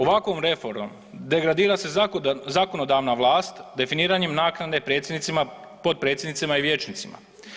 Ovakvom reformom degradira se zakonodavna vlast definiranjem naknade predsjednicima, potpredsjednicima i vijećnicima.